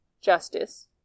justice